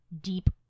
deep